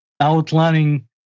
outlining